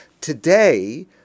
Today